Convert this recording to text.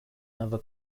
never